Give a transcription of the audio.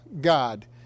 God